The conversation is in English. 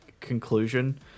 conclusion